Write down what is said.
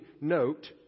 note